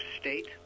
State